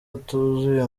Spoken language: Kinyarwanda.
atuzuye